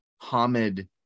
Hamid